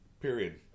period